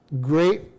great